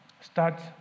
Start